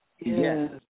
Yes